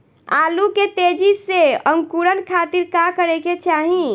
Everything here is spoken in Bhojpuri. आलू के तेजी से अंकूरण खातीर का करे के चाही?